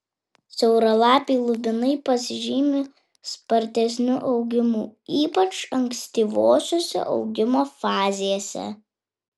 siauralapiai lubinai pasižymi spartesniu augimu ypač ankstyvosiose augimo fazėse